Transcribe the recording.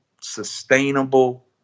sustainable